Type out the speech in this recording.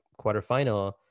quarterfinal